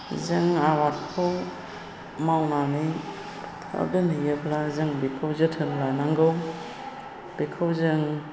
जों आबादखौ मावनानै फोथाराव दोनहैयोब्ला जों बेखौ जोथोन लानांगौ बेखौ जों